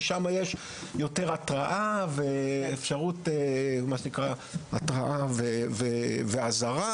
שם יש יותר אפשרות של התראה ואזהרה.